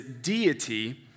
deity